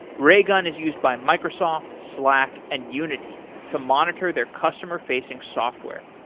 raygun is used by microsoft, slack and unity to monitor their customer-facing software.